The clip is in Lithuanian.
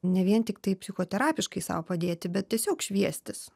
ne vien tiktai psichoterapiškai sau padėti bet tiesiog šviestis